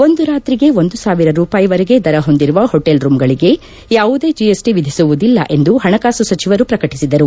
ಒಂದು ರಾತ್ರಿಗೆ ಒಂದು ಸಾವಿರ ರೂಪಾಯಿ ವರೆಗೆ ದರ ಹೊಂದಿರುವ ಹೊಟೇಲ್ ರೂಂಗಳಿಗೆ ಯಾವುದೇ ಜಿಎಸ್ಟಿ ವಿಧಿಸುವುದಿಲ್ಲ ಎಂದು ಪಣಕಾಸು ಸಚಿವರು ಪ್ರಕಟಿಸಿದರು